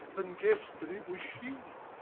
and guess'd that it was she,